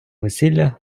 весілля